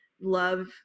love